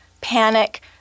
panic